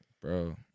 Bro